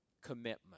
commitment